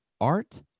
art